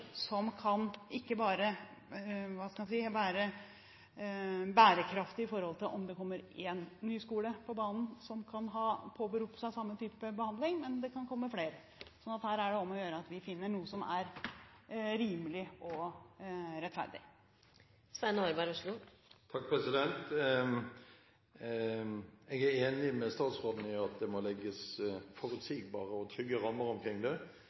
som kan være bærekraftige ikke bare om det kommer én ny skole på banen som påberoper seg samme type behandling, men også om det kommer flere. Så her er det om å gjøre at vi finner noe som er rimelig og rettferdig. Jeg er enig med statsråden i at det må legges forutsigbare og trygge rammer omkring dette. Jeg skulle ønske det